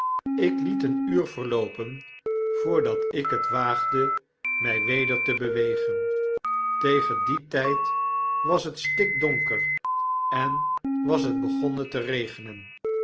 ik liet een uur verloopen voordat ik het waagde my weder te bewegen tegen dien tyd was het stikdonker en was het begonnen te regenen